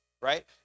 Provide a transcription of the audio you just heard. right